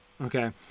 Okay